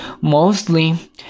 mostly